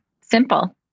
Simple